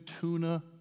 tuna